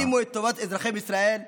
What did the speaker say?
שימו את טובת אזרחי ישראל,